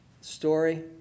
story